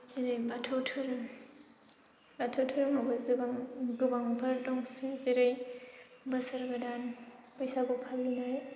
जेरै बाथौ धोरोम बाथौ धोरोमाबो गोबां गोबांफोर दंसै जेरै बोसोर गोदान बैसागु फालिनाय